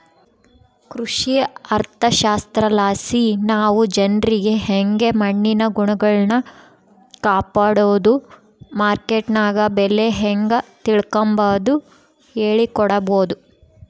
ಕೃಷಿ ಅರ್ಥಶಾಸ್ತ್ರಲಾಸಿ ನಾವು ಜನ್ರಿಗೆ ಯಂಗೆ ಮಣ್ಣಿನ ಗುಣಗಳ್ನ ಕಾಪಡೋದು, ಮಾರ್ಕೆಟ್ನಗ ಬೆಲೆ ಹೇಂಗ ತಿಳಿಕಂಬದು ಹೇಳಿಕೊಡಬೊದು